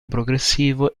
progressivo